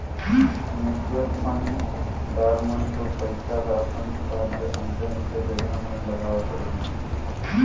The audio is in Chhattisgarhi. म्युचुअल फंड दार मन तोर पइसा ल अपन हिसाब ले अन्ते अन्ते जगहा में लगावत रहीं